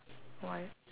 white